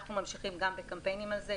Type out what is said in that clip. ואנחנו ממשיכים בקמפיינים על זה.